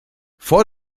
vor